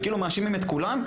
ומאשימים את כולם,